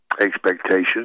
expectations